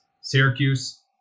Syracuse